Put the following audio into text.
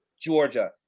Georgia